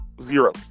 Zero